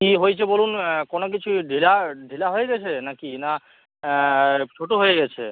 কী হয়েচে বলুন কোনো কিছু ঢিলা ঢিলা হয়ে গেছে নাকি না ছোটো হয়ে গেছে